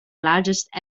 largest